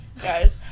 guys